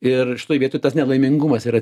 ir šitoj vietoj tas nelaimingumas ir